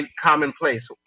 commonplace